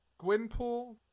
Gwynpool